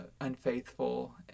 unfaithful